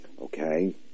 okay